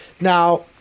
Now